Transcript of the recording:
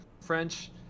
French